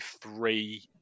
three